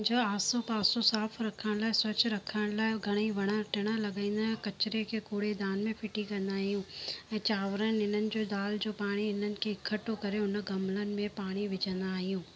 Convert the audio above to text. जो आसो पासो साफ़ु रखण लाइ स्वचछ रखण लाइ घणेई वण टिण लॻाईंदा आहियूं कचिरे के कूड़ेदान में फिटी कंदा आहियूं ऐं चावंरनि इन्हनि जो दाल जो पाणी हिननि खे इकठो करे उन गमिलनि में पाणी विझंदा आहियूं